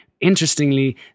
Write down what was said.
interestingly